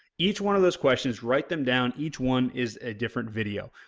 each one of those questions, write them down, each one is a different video.